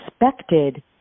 expected